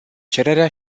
cererea